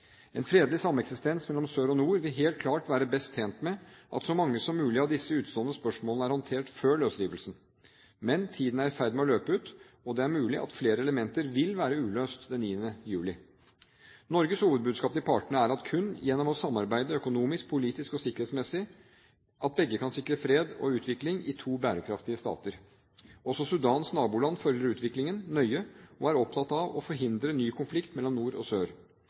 En fredelig sameksistens mellom sør og nord vil helt klart være best tjent med at så mange som mulig av disse utestående spørsmålene er håndtert før løsrivelsen. Men tiden er i ferd med å løpe ut, og det er mulig at flere elementer vil være uløst den 9. juli. Norges hovedbudskap til partene er at det er kun gjennom å samarbeide økonomisk, politisk og sikkerhetsmessig at begge kan sikre fred og utvikling i to bærekraftige stater. Også Sudans naboland følger utviklingen nøye og er opptatt av å forhindre ny konflikt mellom nord og sør,